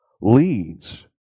leads